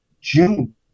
June